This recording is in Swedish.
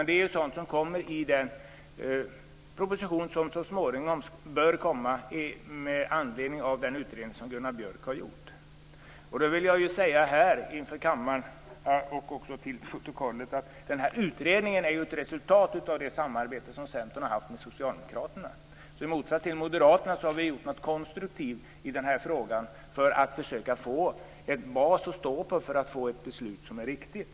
Det är sådant som kommer i den proposition som så småningom bör komma med anledning av den utredning som Gunnar Björk har gjort. Jag vill här inför kammaren och för protokollet säga att utredningen är ett resultat av det samarbete som Centern har haft med Socialdemokraterna. I motsats till Moderaterna har vi gjort något konstruktivt i den här frågan för att försöka få en bas att stå på för att få ett beslut som är riktigt.